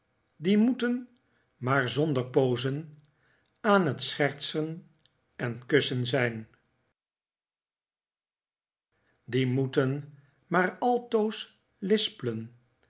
die moetert maar zonder poozen aan het schertsen en kussen zijn die moeten maar altoos lisplen